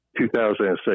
2006